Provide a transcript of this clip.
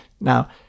Now